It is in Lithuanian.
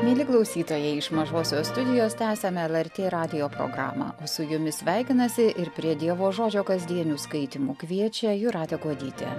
mieli klausytojai iš mažosios studijos tęsiame el er tė radijo programą su jumis sveikinasi ir prie dievo žodžio kasdienių skaitymų kviečia jūratė kuodytė